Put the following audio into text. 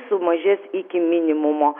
sumažės iki minimumo